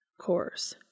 Course